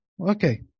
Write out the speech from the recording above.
Okay